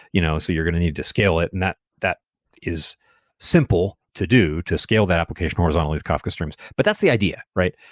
you know so you're going to need to scale it, and that that is simple to do to scale that application horizontally with kafka streams. but that's the idea, right?